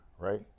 right